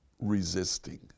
resisting